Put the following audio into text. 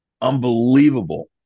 unbelievable